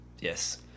Yes